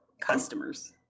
customers